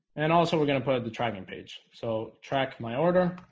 and also, we're gonna put the tracking page so track my order